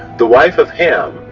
the wife of ham,